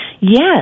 Yes